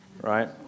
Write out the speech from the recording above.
right